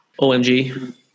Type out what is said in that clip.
OMG